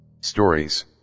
stories